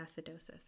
acidosis